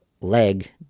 leg